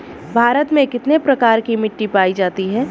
भारत में कितने प्रकार की मिट्टी पाई जाती हैं?